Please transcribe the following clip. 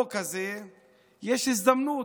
העמוק הזה יש הזדמנות.